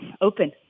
open